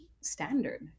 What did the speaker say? standard